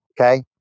okay